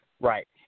Right